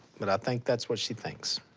but i think that's what she thinks.